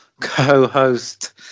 co-host